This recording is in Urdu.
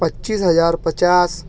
پچیس ہزار پچاس